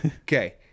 Okay